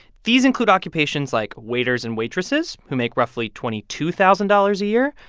these include occupations like waiters and waitresses, who make roughly twenty two thousand dollars a year,